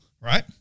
right